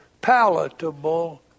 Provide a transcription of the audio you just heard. palatable